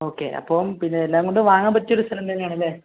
okay അപ്പം പിന്നെ എല്ലാം കൊണ്ട് വാങ്ങാൻ പറ്റിയ ഒരു സ്ഥലം തന്നെയാണല്ലേ